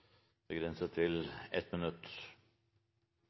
begrenset til 1 minutt.